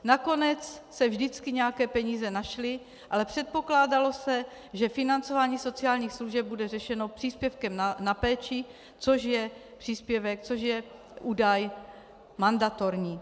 Nakonec se vždycky nějaké peníze našly, ale předpokládalo se, že financování sociálních služeb bude řešeno příspěvkem na péči, což je údaj mandatorní.